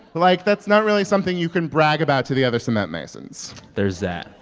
like, that's not really something you can brag about to the other cement masons there's that.